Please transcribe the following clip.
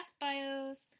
bios